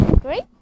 great